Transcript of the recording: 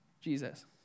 Jesus